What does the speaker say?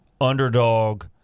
underdog